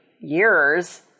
years